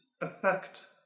effect